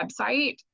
website